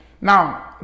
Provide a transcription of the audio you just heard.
now